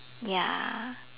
ya